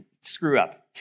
screw-up